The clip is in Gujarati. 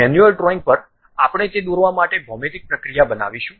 મેન્યુઅલ ડ્રોઇંગ પર આપણે તે દોરવા માટે ભૌમિતિક પ્રક્રિયા બનાવીશું